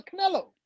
Canelo